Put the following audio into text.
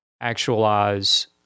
actualize